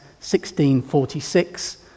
1646